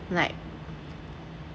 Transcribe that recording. like